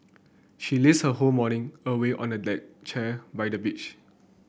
she lazed her whole morning away on a deck chair by the beach